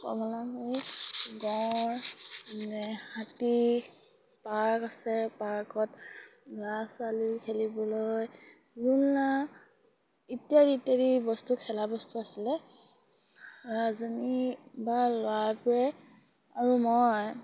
কমলাবাৰী গঁড় হাতী পাৰ্ক আছে পাৰ্কত ল'ৰা ছোৱালী খেলিবলৈ জোলনা ইত্যাদি ইত্যাদি বস্তু খেলা বস্তু আছিলে বা ল'ৰাবোৰে আৰু মই